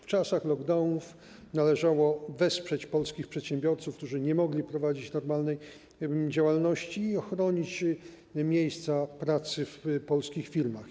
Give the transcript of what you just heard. W czasach lockdownów należało wesprzeć polskich przedsiębiorców, którzy nie mogli prowadzić normalnej działalności, i ochronić miejsca pracy w polskich firmach.